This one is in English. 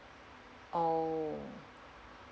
oh